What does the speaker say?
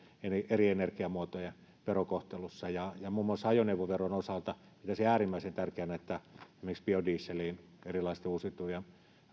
eri energiamuotojen verokohtelussa ja muun muassa ajoneuvoveron osalta pitäisin äärimmäisen tärkeänä että esimerkiksi biodieselin ja erilaisten uusiutuvien